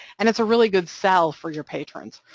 and it's a really good sell for your patrons.